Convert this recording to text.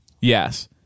Yes